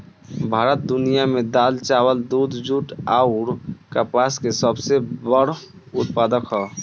भारत दुनिया में दाल चावल दूध जूट आउर कपास के सबसे बड़ उत्पादक ह